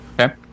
Okay